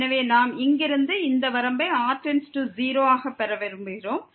எனவே நாம் இங்கிருந்து இந்த வரம்பை r→0 ஆக பெற விரும்புகிறோம்